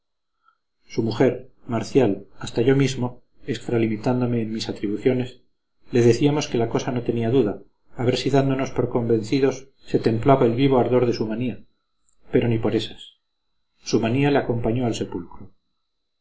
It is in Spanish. su mujer marcial hasta yo mismo extralimitándome en mis atribuciones le decíamos que la cosa no tenía duda a ver si dándonos por convencidos se templaba el vivo ardor de su manía pero ni por ésas su manía le acompañó al sepulcro